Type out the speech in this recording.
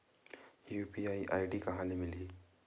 UPI ID कहां ले मिलही?